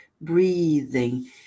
breathing